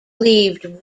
leaved